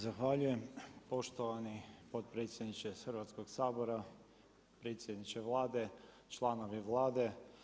Zahvaljujem poštovani potpredsjedniče Hrvatskog sabora, predsjedniče Vlade, članovi Vlade.